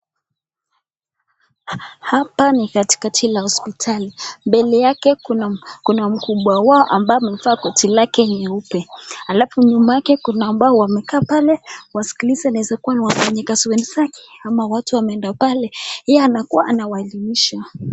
Hapa ni katikati la hosipitali . Mbele yake kuna, kuna mkubwa wao ambeya amevaa koti lake nyeupe alafu kuna wamekaa pale waskilize inaeza kuwa na wafanyakazi wenzake ama watu wameenda pale yeye anakuwa anawaelimisha.